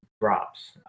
drops